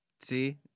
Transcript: See